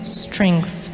strength